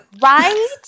Right